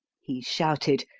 he shouted,